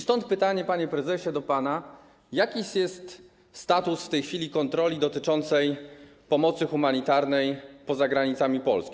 Stąd pytania, panie prezesie, do pana: Jaki jest status w tej chwili kontroli dotyczącej pomocy humanitarnej poza granicami Polski?